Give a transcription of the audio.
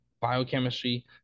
biochemistry